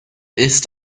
ist